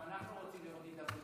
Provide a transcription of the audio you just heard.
גם אנחנו רוצים לראות הידברות,